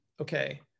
okay